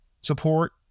support